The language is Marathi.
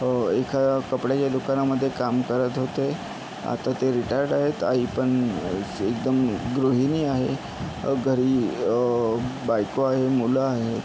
एका कपड्याच्या दुकानामध्ये काम करत होते आता ते रिटायर्ड आहेत आई पण असं एकदम गृहिणी आहे घरी बायको आहे मुलं आहे